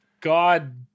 God